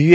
V